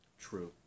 True